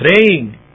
praying